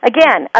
Again